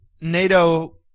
NATO